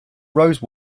rose